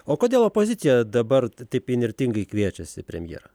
o kodėl opozicija dabar taip įnirtingai kviečiasi premjerą